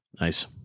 nice